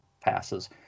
passes